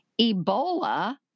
Ebola